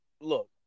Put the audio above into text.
look